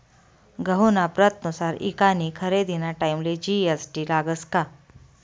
गहूना प्रतनुसार ईकानी खरेदीना टाईमले जी.एस.टी लागस का?